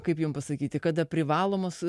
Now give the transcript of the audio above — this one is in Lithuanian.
kaip jum pasakyti kada privalomos